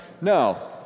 No